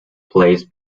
plays